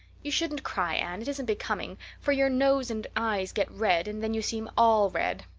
you shouldn't cry, anne it isn't becoming, for your nose and eyes get red, and then you seem all red.